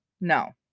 No